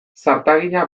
zartagina